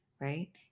right